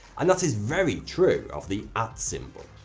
and that is very true of the ah symbol.